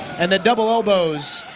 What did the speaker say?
and the double elbows!